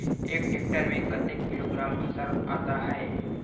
एक टेक्टर में कतेक किलोग्राम फसल आता है?